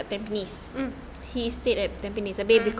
mm